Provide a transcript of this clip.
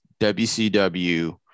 WCW –